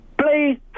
Play